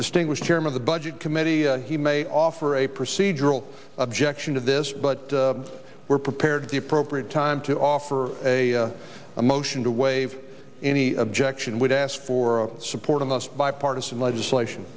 distinguished chairman of the budget committee he may offer a procedural objection to this but we're prepared the appropriate time to offer a motion to waive any objection would ask for support of us bipartisan legislation